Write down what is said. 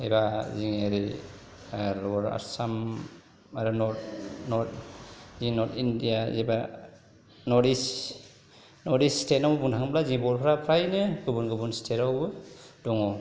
एबा जोङो ओरै लवार आसाम आरो नर्थ नर्थ इन्डिया एबा नर्थ इस्ट नर्थ इस्ट स्टेटनाव बुंनो थाङोब्ला जोंनि बर'फ्रा फ्रायनो गुबुन गुबुन स्टेटाव दङ